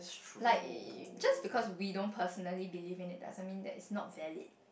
like just we don't personally believe in it doesn't mean that it's not valid